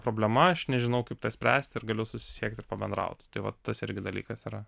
problema aš nežinau kaip tą spręst ir galiu susisiekt pabendraut tai va tas irgi dalykas yra